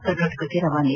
ಕರ್ನಾಟಕಕ್ಕೆ ರವಾನೆ